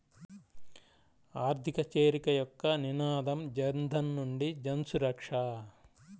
ఆర్థిక చేరిక యొక్క నినాదం జనధన్ నుండి జన్సురక్ష